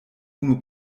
unu